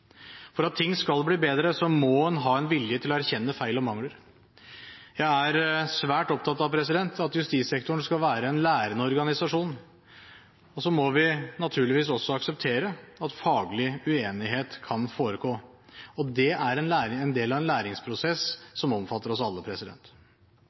For at ting skal bli bedre, må en ha vilje til å erkjenne feil og mangler. Jeg er svært opptatt av at justissektoren skal være en lærende organisasjon. Så må vi naturligvis også akseptere at faglig uenighet kan forekomme, og det er en del av en læringsprosess som omfatter oss alle.